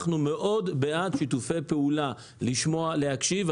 אנחנו מאוד לבד שיתופי פעולה, לשמוע ולהקשיב.